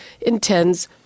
intends